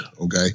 Okay